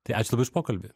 tai ačiū labai už pokalbį